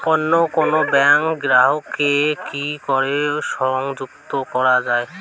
অন্য কোনো ব্যাংক গ্রাহক কে কি করে সংযুক্ত করা য়ায়?